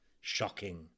shocking